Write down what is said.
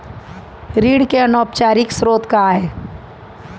ऋण के अनौपचारिक स्रोत का आय?